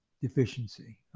deficiency